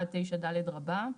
ו-(9) עד (9ד) רבה".